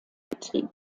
betrieb